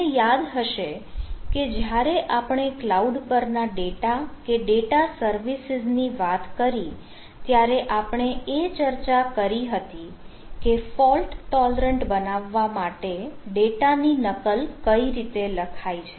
તમને યાદ હશે કે જ્યારે આપણે ક્લાઉડ પર ના ડેટા કે ડેટા સર્વિસીઝની વાત કરી ત્યારે આપણે એ ચર્ચા કરી હતી કે ફોલ્ટ ટોલરન્ટ બનાવવા માટે ડેટા ની નકલ કઈ રીતે લખાય છે